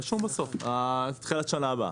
רשום בסוף, תחילת השנה הבאה.